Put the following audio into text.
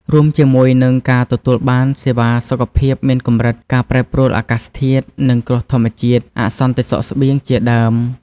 រួមជាមួយនិង ការទទួលបានសេវាសុខភាពមានកម្រិត ការប្រែប្រួលអាកាសធាតុ និងគ្រោះធម្មជាតិ អសន្តិសុខស្បៀង ជាដើម។